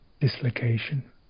dislocation